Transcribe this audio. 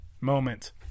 Moment